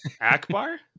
Akbar